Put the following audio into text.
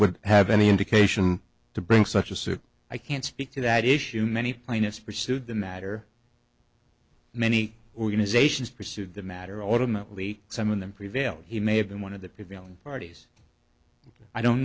would have any indication to bring such a suit i can't speak to that issue many plaintiffs pursued the matter many organizations pursued the matter automatically some of them prevail he may have been one of the prevailing parties i don't